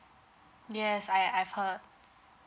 yes I I've heard